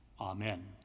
Amen